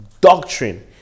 Doctrine